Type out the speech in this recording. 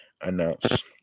announce